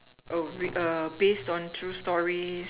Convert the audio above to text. oh err based on true story